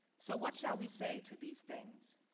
so what shall we say to these things?